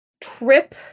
trip